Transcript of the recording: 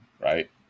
right